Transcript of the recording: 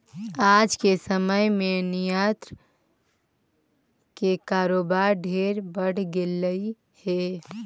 आज के समय में निर्यात के कारोबार ढेर बढ़ गेलई हे